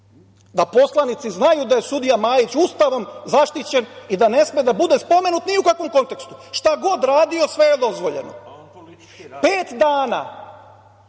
da poslanici znaju da je sudija Majić Ustavom zaštićen i da ne sme da bude spomenut ni u kakvom kontekstu. Šta god radio, sve je dozvoljeno. Pet dana